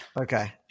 Okay